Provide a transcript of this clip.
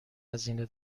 هزینه